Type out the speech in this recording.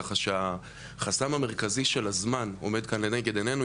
כך שהחסם המרכזי של הזמן עומד כאן לנגד עינינו.